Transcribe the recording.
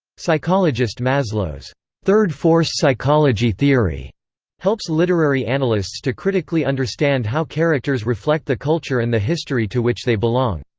psychologist maslow's third force psychology theory helps literary analysts to critically understand how characters reflect the culture and the history to which they belong.